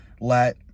let